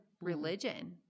religion